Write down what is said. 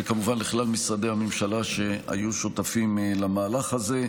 וכמובן לכלל משרדי הממשלה שהיו שותפים למהלך הזה.